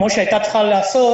כמו שהייתה צריכה לעשות,